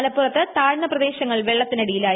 മലപ്പുറത്ത് താഴ്ന്ന പ്രദേശങ്ങൾ വെള്ളത്തിനടിയിലായി